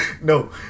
No